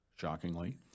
shockingly